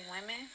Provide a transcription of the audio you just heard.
women